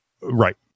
Right